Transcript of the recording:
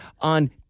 on